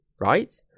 right